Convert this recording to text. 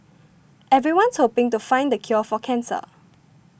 everyone's hoping to find the cure for cancer